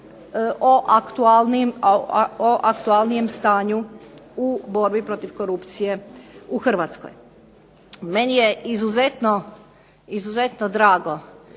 o aktualnijem stanju u borbi protiv korupcije u Hrvatskoj. Meni je izuzetno drago